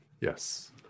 yes